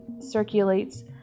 circulates